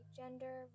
gender